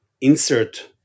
insert